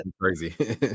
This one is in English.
crazy